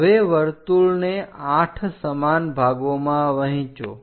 હવે વર્તુળને 8 સમાન ભાગોમાં વહેંચો